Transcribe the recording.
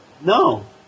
No